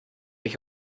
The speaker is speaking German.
mich